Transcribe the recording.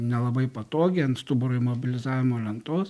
nelabai patogiai ant stuburo imobilizavimo lentos